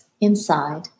inside